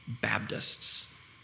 Baptists